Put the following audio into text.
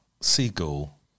Seagull